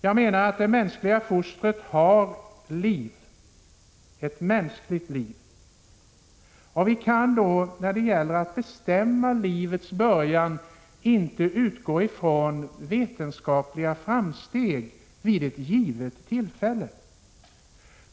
Jag menar att det mänskliga fostret har liv — ett mänskligt liv. Vi kan när det gäller att bestämma livets början inte utgå från vetenskapliga framsteg vid ett givet tillfälle.